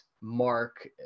Mark